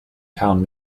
town